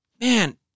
man